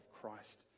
christ